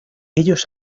ellos